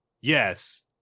yes